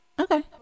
Okay